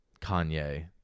Kanye